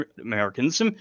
americans